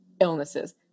illnesses